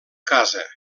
casa